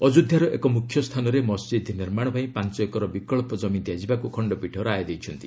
ଅଯୋଧ୍ୟାର ଏକ ମୁଖ୍ୟ ସ୍ଥାନରେ ମସଜିଦ୍ ନିର୍ମାଣ ପାଇଁ ପାଞ୍ଚ ଏକର ବିକ୍ସ ଜମି ଦିଆଯିବାକୁ ଖଣ୍ଡପୀଠ ରାୟ ଦେଇଛନ୍ତି